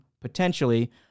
potentially